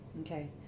Okay